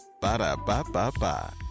Ba-da-ba-ba-ba